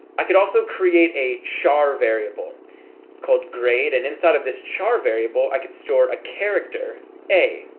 i could also create a char variable called grade and inside of this char variable. i can store a character a